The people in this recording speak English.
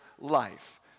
life